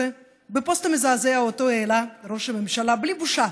בפוסט המזעזע שאותו העלה ראש הממשלה בלי בושה,